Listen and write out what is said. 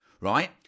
right